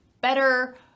better